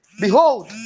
Behold